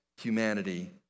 humanity